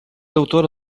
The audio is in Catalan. autora